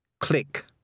Click